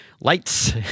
lights